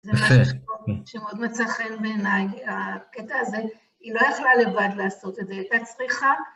זה משהו שמאוד מצא חן בעיניי, הקטע הזה, היא לא יכלה לבד לעשות את זה, הייתה צריכה.